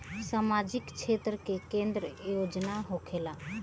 सामाजिक क्षेत्र में केतना योजना होखेला?